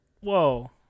Whoa